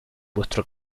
vuestro